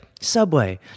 Subway